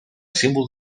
símbol